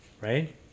right